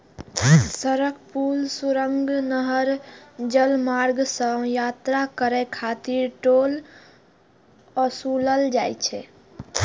सड़क, पुल, सुरंग, नहर, जलमार्ग सं यात्रा करै खातिर टोल ओसूलल जाइ छै